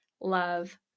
love